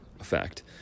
effect